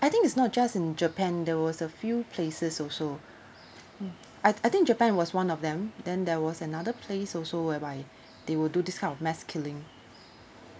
I think it's not just in japan there was a few places also mm I I think japan was one of them then there was another place also whereby they will do this kind of mass killing